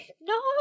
No